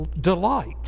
delight